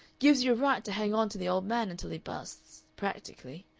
gives you a right to hang on to the old man until he busts practically.